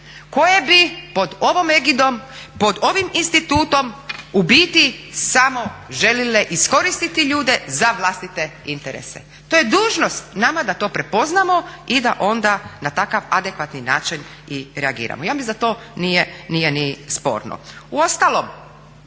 koje bi pod ovom egidom, pod ovim institutom u biti samo željele iskoristiti ljude za vlastite interese. To je dužnost nama da to prepoznamo i da onda na takav adekvatni način i reagiramo. Ja mislim da to nije ni sporno. Uostalom